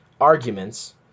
arguments